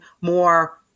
more